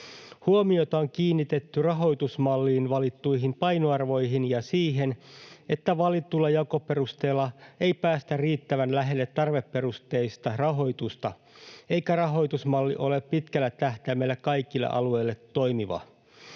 Huomiota on kiinnitetty rahoitusmalliin valittuihin painoarvoihin ja siihen, että valitulla jakoperusteella ei päästä riittävän lähelle tarveperusteista rahoitusta eikä rahoitusmalli ole pitkällä tähtäimellä kaikille alueille toimiva.